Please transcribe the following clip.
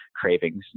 cravings